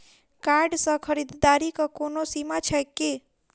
Card सँ खरीददारीक कोनो सीमा छैक की?